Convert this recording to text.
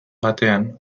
batean